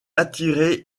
attirer